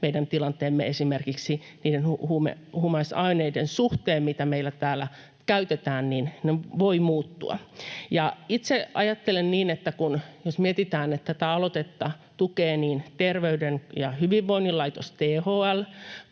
meidän tilanteemme esimerkiksi niiden huumausaineiden suhteen, mitä meillä täällä käytetään, voi muuttua. Itse ajattelen niin, että jos mietitään, että tätä aloitetta tukee niin Terveyden ja hyvinvoinnin laitos THL